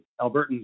Albertans